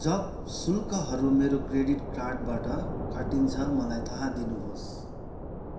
जब शुल्कहरू मेरो क्रेडिट कार्डबाट काटिन्छ मलाई थाहा दिनुहोस्